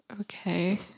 okay